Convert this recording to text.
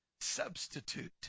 Substitute